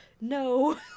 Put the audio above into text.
no